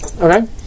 Okay